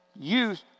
youth